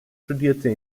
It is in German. studierte